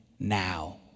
now